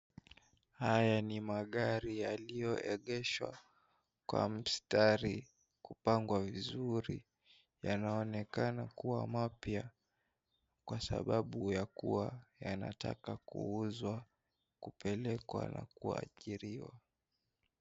Haya ni magari yaliyoegeshwa kwa mstari kupangwa vizuri. Yanaonekana kuwa mapya kwa sababu ya kuwa yanataka kuuzwa, kupelekwa na kuajiriwa.